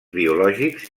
biològics